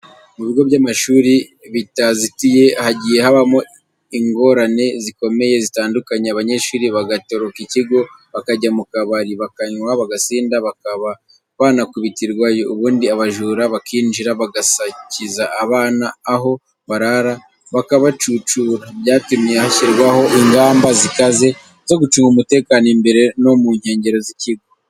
Mu bigo by'amashuri bitazitiye hagiye haba ingorane zikomeye zitandukanye, abanyeshuri bagatoroka ikigo, bakajya mu kabari, bakanywa bagasinda, bakaba banakubitirwayo, ubundi abajura bakinjira, bagasakiza abana aho barara bakabacucura. Byatumye hashyirwaho ingamba zikaze zo gucunga umutekano, imbere no mu nkengero z'ikigo.